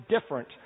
different